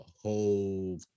whole